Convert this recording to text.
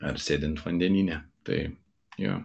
ar sėdint vandenyne tai jo